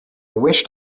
wished